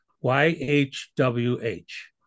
Y-H-W-H